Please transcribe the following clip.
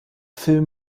film